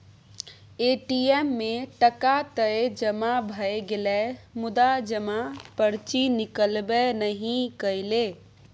ATM मे टका तए जमा भए गेलै मुदा जमा पर्ची निकलबै नहि कएलै